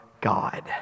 God